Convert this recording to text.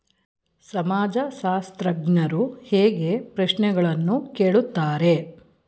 ಸಮಾಜಶಾಸ್ತ್ರಜ್ಞರು ಹೇಗೆ ಪ್ರಶ್ನೆಗಳನ್ನು ಕೇಳುತ್ತಾರೆ?